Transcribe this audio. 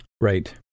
Right